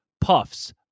puffs